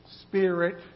Spirit